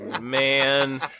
man